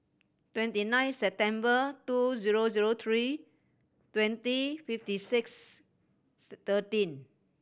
twenty nine September two zero zero three twenty fifty six thirteen